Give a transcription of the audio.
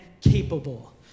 capable